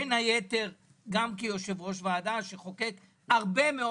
בין היתר גם כיושב ראש ועדה שחוקק הרבה מאוד